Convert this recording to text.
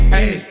Hey